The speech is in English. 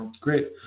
Great